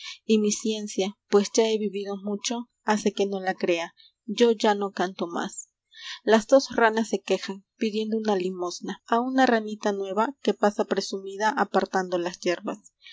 y mi ciencia pues ya he vivido mucho hace que no la crea yo ya no canto más las dos ranas se quejan pidiendo una limosna a una ranita nueva que pasa presumida apartando las hierbas